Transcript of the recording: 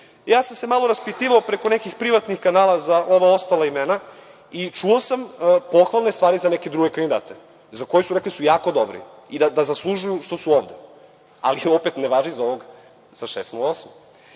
sam se raspitivao preko nekih privatnih kanala za ova ostala imena i čuo sam pohvalne stvari za neke druge kandidate za koje je rečeno da su jako dobri i da zaslužuju što su ovde, ali to ne važi za ovog sa prosekom